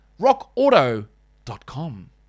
rockauto.com